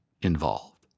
involved